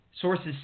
sources